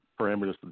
parameters